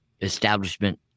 establishment